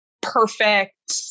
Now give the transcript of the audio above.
perfect